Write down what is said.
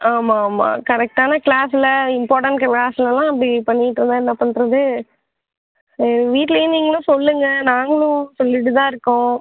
ஆமா ஆமா கரெக்ட்டான கிளாஸில் இம்பார்ட்டன்ட் கிளாஸ்லலாம் இப்படி பண்ணிட்ருந்தால் என்ன பண்ணுறது சரி வீட்டிலேயும் நீங்களும் சொல்லுங்க நாங்களும் சொல்லிட்டு தான் இருக்கோம்